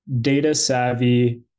data-savvy